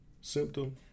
symptom